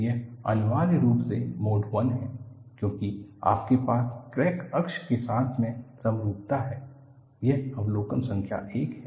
यह अनिवार्य रूप से मोड 1 है क्योंकि आपके पास क्रैक अक्ष के साथ में समरूपता है यह अवलोकन संख्या एक है